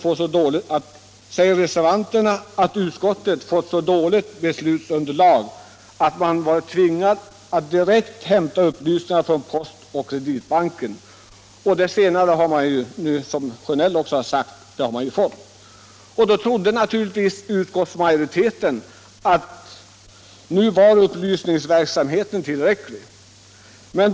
Vidare säger reservanterna att utskottet fått så dåligt beslutsunderlag att man varit tvingad att hämta upplysningar direkt från Postoch Kreditbanken. Detta har utskottet, som herr Sjönell sagt, också fått, och då har naturligtvis utskottsmajoriteten trott att upplysningsverksamheten skulle vara tillräcklig.